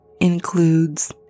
includes